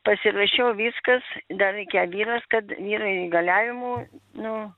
pasirašiau viskas dar reikia vyras kad vyrui įgaliavimų nu